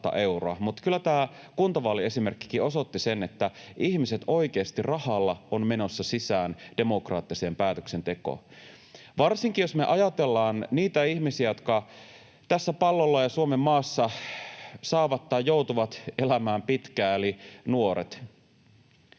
mutta kyllä tämä kuntavaaliesimerkkikin osoitti sen, että ihmiset oikeasti rahalla ovat menossa sisään demokraattiseen päätöksentekoon. Varsinkin jos me ajatellaan niitä ihmisiä, jotka tällä pallolla ja Suomenmaassa saavat tai joutuvat elämään pitkään, eli nuoria,